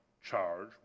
charge